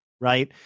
right